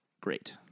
great